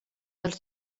dels